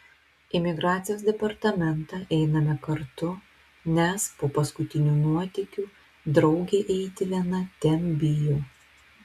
į migracijos departamentą einame kartu nes po paskutinių nuotykių draugė eiti viena ten bijo